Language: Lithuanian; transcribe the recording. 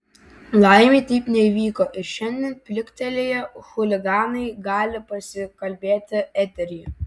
laimei taip neįvyko ir šiandien pliktelėję chuliganai gali pasikalbėti eteryje